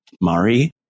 Mari